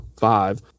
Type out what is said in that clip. five